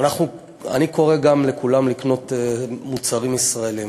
אני קורא, גם, לכולם לקנות מוצרים ישראליים.